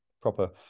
proper